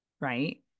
right